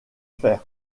fer